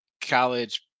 College